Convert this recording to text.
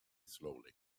slowly